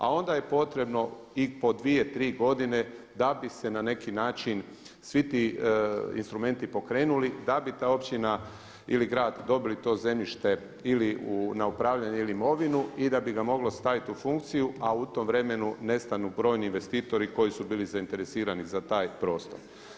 A onda je potrebno i po dvije, tri godine da bi se na neki način svi ti instrumenti pokrenuli da bi ta općina ili grad dobili to zemljište ili na upravljanje ili imovinu i da bi ga moglo staviti u funkciju a u tom vremenu nestanu brojni investitori koji su bili zainteresirani za taj prostor.